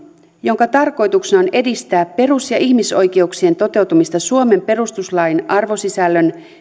jonka tarkoituksena on edistää perus ja ihmisoikeuksien toteutumista suomen perustuslain arvosisällön